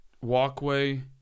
walkway